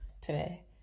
Today